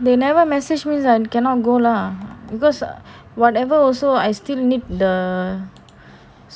they never message means I cannot go lah because whatever also I still need the